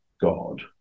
God